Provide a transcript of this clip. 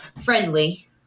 friendly